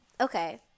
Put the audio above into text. Okay